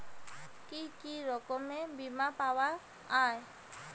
কি কি রকমের বিমা পাওয়া য়ায়?